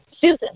Susan